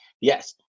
Yes